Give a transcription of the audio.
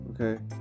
okay